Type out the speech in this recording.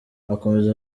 akomeza